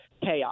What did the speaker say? chaos